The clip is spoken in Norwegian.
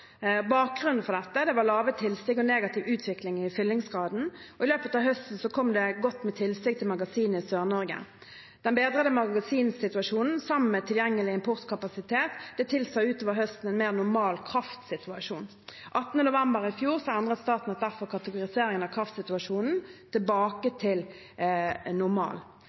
Bakgrunnen for dette var lave tilsig og negativ utvikling i fyllingsgraden. I løpet av høsten kom det godt med tilsig til magasinene i Sør-Norge. Den bedrede magasinsituasjonen, sammen med tilgjengelig importkapasitet, tilsa utover høsten en mer normal kraftsituasjon. Den 18. november i fjor endret Statnett derfor kategoriseringen av kraftsituasjonen tilbake til normal.